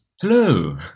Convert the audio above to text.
Hello